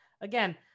Again